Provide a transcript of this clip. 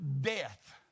death